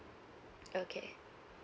okay